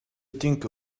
think